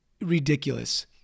ridiculous